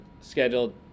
scheduled